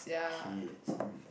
kids hmm